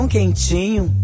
Quentinho